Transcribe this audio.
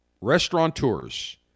restaurateurs